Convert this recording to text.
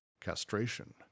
castration